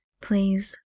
please